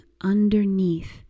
underneath